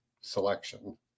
selection